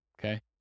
Okay